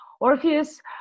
orpheus